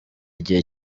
igihe